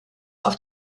auf